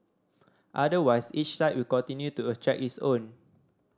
otherwise each site will continue to attract its own